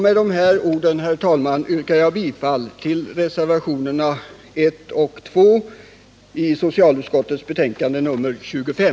Med dessa ord yrkar jag, herr talman, bifall till reservationerna 1 och 2 vid socialutskottets betänkande 25.